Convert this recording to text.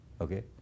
Okay